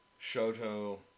Shoto